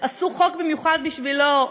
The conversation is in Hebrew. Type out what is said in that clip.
ועשו חוק במיוחד בשבילו.